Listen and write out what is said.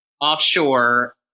offshore